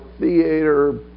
theater